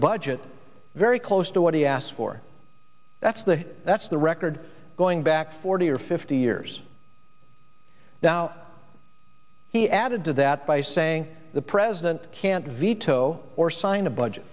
budget very close to what he asked for that's the that's the record going back forty or fifty years now he added to that by saying the president can't veto or sign a budget